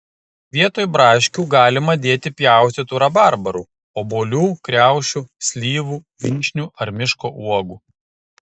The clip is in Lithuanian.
vietoj braškių galima dėti pjaustytų rabarbarų obuolių kriaušių slyvų vyšnių ar miško uogų